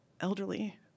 elderly